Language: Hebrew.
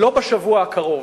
לא בשבוע הקרוב.